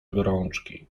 gorączki